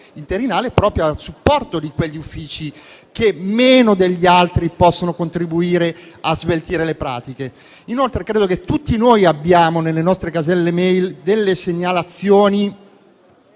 interinale proprio a supporto di quegli uffici che meno degli altri possono contribuire a sveltire le pratiche. Inoltre, credo che tutti noi abbiamo nelle nostre caselle *e-mail* segnalazioni,